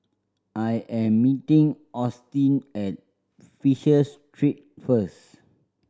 I am meeting Austyn at Fisher Street first